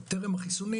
עוד טרם החיסונים,